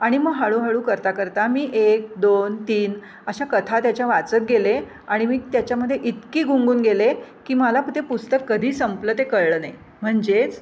आणि मग हळूहळू करता करता मी एक दोन तीन अशा कथा त्याच्या वाचत गेले आणि मी त्याच्यामध्ये इतकी गुंगून गेले की मला ते पुस्तक कधी संपलं ते कळलं नाही म्हणजेच